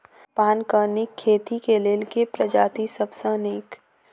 पानक नीक खेती केँ लेल केँ प्रजाति सब सऽ नीक?